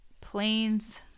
planes